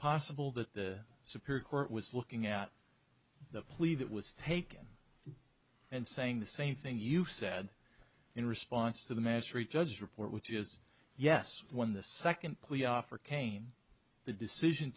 possible that the superior court was looking at the plea that was taken and saying the same thing you said in response to the magistrate judge report which is yes when the second plea offer came the decision